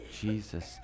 Jesus